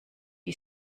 die